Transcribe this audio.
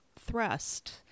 thrust